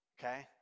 okay